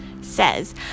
says